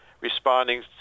responding